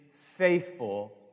faithful